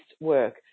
work